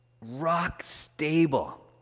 rock-stable